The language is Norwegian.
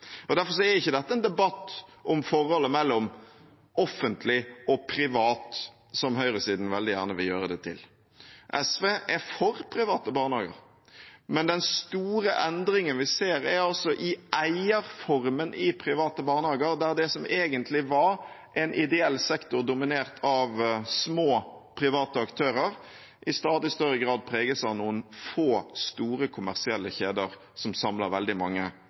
Derfor er ikke dette en debatt om forholdet mellom offentlig og privat, som høyresiden veldig gjerne vil gjøre det til. SV er for private barnehager, men den store endringen vi ser, er altså i eierformen i private barnehager, der det som egentlig var en ideell sektor dominert av små private aktører, i stadig større grad preges av noen få store, kommersielle kjeder som samler veldig mange